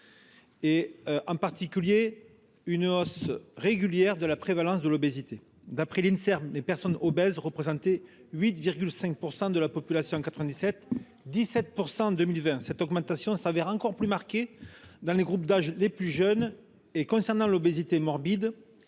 et, en particulier, une hausse régulière de la prévalence de l’obésité. D’après l’Inserm, les personnes obèses représentaient 8,5 % de la population en 1997 et 17 % en 2020. L’augmentation est encore plus marquée dans les groupes d’âge les plus jeunes. Le nombre de cas d’obésité morbide,